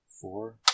Four